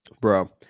Bro